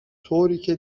طوریکه